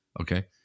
okay